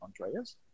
andreas